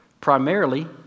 primarily